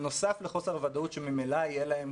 בנוסף לחוסר הוודאות שממילא יהיה להם,